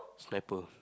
sniper